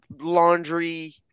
laundry